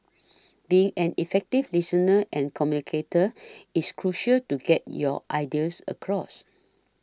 being an effective listener and communicator is crucial to get your ideas across